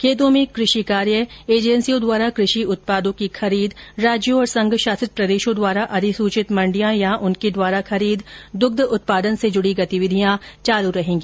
खेतों में कृषि कार्य एजेंसियों द्वारा कृषि उत्पाद की खरीद राज्यों और संघ शासित प्रदेशों द्वारा अधिसूचित मण्डियां या उनके द्वारा खरीद दुग्ध उत्पादन से जुड़ी गतिविधियां चालू रहेगी